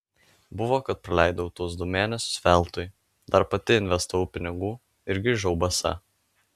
buvo kad praleidau tuos du mėnesius veltui dar pati investavau pinigų ir grįžau basa